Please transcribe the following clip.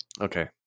Okay